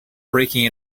breaking